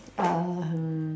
um